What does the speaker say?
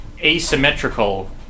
asymmetrical